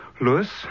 Louis